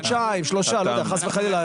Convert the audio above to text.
חודשיים, שלושה, לא יודע, חס וחלילה.